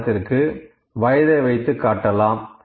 உதாரணத்திற்கு வயதை வைத்து காட்டலாம்